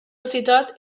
ciutat